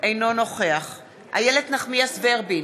אינו נוכח איילת נחמיאס ורבין,